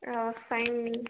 ಹಾಂ ಫೈನ್